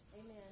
Amen